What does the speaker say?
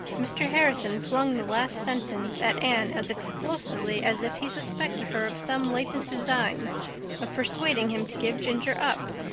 mr. harrison flung the last sentence at anne as explosively as if he suspected her of some latent design of persuading him to give ginger up.